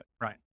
Right